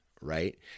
right